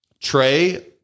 Trey